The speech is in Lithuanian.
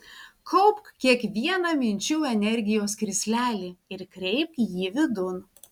kaupk kiekvieną minčių energijos krislelį ir kreipk jį vidun